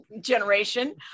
generation